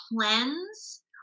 cleanse